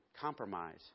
compromise